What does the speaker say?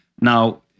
Now